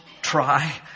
try